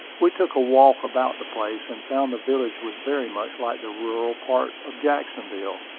we took a walk about the place, and found the village was very much like the rural part of jacksonville.